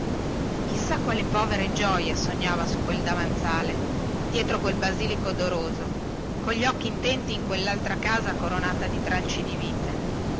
sa quali povere gioie sognava su quel davanzale dietro quel basilico odoroso cogli occhi intenti in quellaltra casa coronata di tralci di vite